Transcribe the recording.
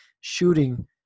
shooting